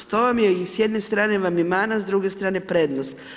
To vam je i s jedne strane vam je mana, s druge strane prednost.